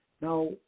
Now